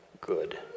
good